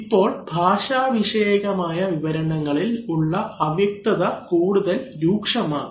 ഇപ്പോൾ ഭാഷാവിഷയകമായ വിവരണങ്ങളിൽ ഉള്ള അവ്യക്തത കൂടുതൽ രൂക്ഷമാകും